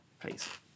please